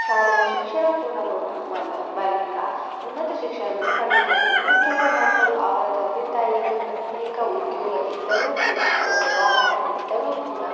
ಶಾಲೆಯ ಶಿಕ್ಷಣ ಪೂರ್ಣಗೊಂಡ ಮೇಲೆ ಬಳಿಕ ಉನ್ನತ ಶಿಕ್ಷಣವನ್ನು ಪಡೆಯುತ್ತಾರೆ ಇನ್ನೂ ಕೆಲವು ಮಕ್ಕಳು ಅವರ ತಂದೆ ತಾಯಿಗೆ ಪ್ರತ್ಯೇಕ ಉದ್ಯೋಗ ಇದ್ದರೂ ಕೂಡ ಅಥವಾ ವ್ಯವಹಾರ ಇದ್ದರೂ ಕೂಡ